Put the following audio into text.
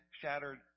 shattered